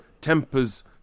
tempers